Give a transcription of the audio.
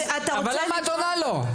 אבל למה את עונה לו.